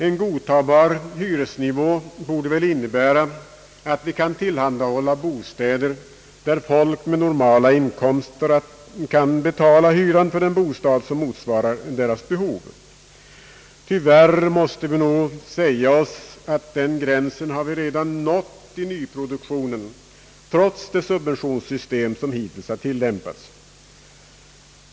En godtagbar hyresnivå borde väl innebära att vi kan tillhandahålla bostäder där folk med normala inkomster kan betala hyran för den bostad som motsvarar deras behov. Tyvärr måste vi nog säga oss att den gränsen har vi redan nått i nyproduktionen trots det subventionssystem som hittills har tillämpats.